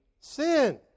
sin